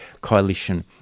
Coalition